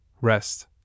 rest